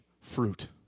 fruit